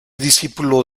discípulo